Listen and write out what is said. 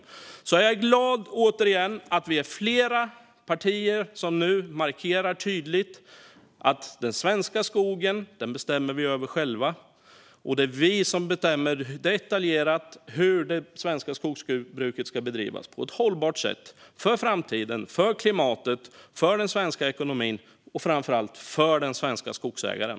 Därför är jag, återigen, glad att vi är flera partier som nu tydligt markerar att det är vi själva som bestämmer över den svenska skogen. Det är vi själva som i detalj bestämmer hur det svenska skogsbruket ska bedrivas på ett hållbart sätt för framtiden, för klimatet, för den svenska ekonomin och framför allt för den svenska skogsägaren.